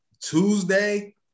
Tuesday